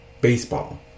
baseball